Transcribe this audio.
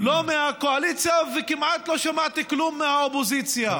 לא מהקואליציה, וכמעט לא שמעתי כלום מהאופוזיציה.